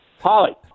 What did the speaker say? Holly